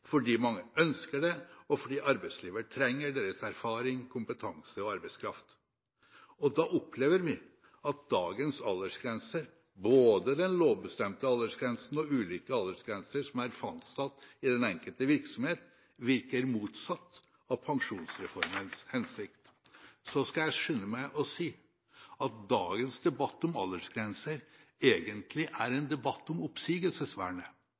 fordi mange ønsker det, og fordi arbeidslivet trenger deres erfaring, kompetanse og arbeidskraft. Da opplever vi at dagens aldersgrense, både den lovbestemte aldersgrensen og ulike aldersgrenser som er fastsatt i den enkelte virksomhet, virker motsatt av pensjonsreformens hensikt. Så skal jeg skynde meg og si at dagens debatt om aldersgrenser egentlig er en debatt om oppsigelsesvernet.